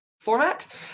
format